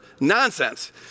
nonsense